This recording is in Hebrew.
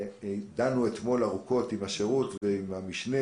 דנו אתמול ארוכות עם השירות ועם המשנה